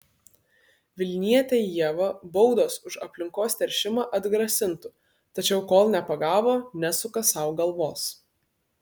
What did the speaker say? vilnietę ievą baudos už aplinkos teršimą atgrasintų tačiau kol nepagavo nesuka sau galvos